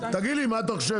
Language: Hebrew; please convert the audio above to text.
תגיד לי מה אתה חושב,